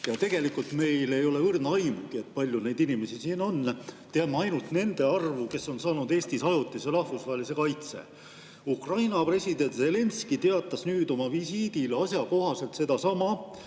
Ja tegelikult meil ei ole õrna aimugi, et palju neid inimesi siin on. Teame ainult nende arvu, kes on saanud Eestis ajutise rahvusvahelise kaitse. Ukraina president Zelenskõi teatas nüüd oma visiidil asjakohaselt sedasama,